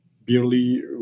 barely